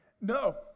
no